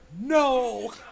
No